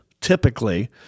typically